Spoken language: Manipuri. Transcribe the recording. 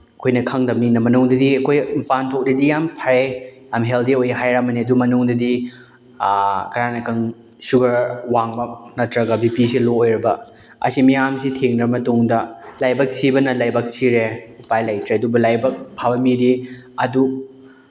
ꯑꯩꯈꯣꯏꯅ ꯈꯪꯗꯝꯅꯤꯅ ꯃꯅꯨꯡꯗꯗꯤ ꯑꯩꯈꯣꯏ ꯃꯄꯥꯟꯊꯣꯡꯗꯗꯤ ꯌꯥꯝ ꯐꯩ ꯌꯥꯝ ꯍꯦꯜꯗꯤ ꯑꯣꯏ ꯍꯥꯏꯔꯝꯃꯅꯤ ꯑꯗꯨ ꯃꯅꯨꯡꯗꯗꯤ ꯀꯅꯥꯅ ꯈꯪꯏ ꯁꯨꯒꯔ ꯋꯥꯡꯕ ꯅꯠꯇ꯭ꯔꯒ ꯕꯤ ꯄꯤꯁꯦ ꯂꯣ ꯑꯣꯏꯕ ꯑꯁꯤ ꯃꯌꯥꯝꯁꯦ ꯊꯦꯡꯅ ꯃꯇꯨꯡꯗ ꯂꯥꯏꯕꯛ ꯊꯤꯕꯅ ꯂꯥꯏꯕꯛ ꯊꯤꯔꯦ ꯎꯄꯥꯏ ꯂꯩꯇ꯭ꯔꯦ ꯑꯗꯨꯕꯨ ꯂꯥꯏꯕꯛ ꯐꯕ ꯃꯤꯗꯤ ꯑꯗꯨꯛ